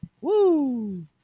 Woo